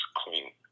clean